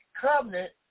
covenant